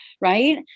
right